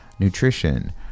nutrition